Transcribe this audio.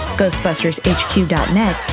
ghostbustershq.net